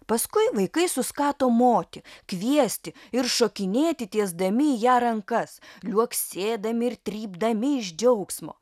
paskui vaikai suskato moti kviesti ir šokinėti tiesdami į ją rankas liuoksėdami ir trypdami iš džiaugsmo